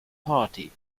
party